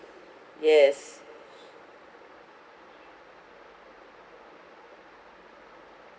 yes